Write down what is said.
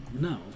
No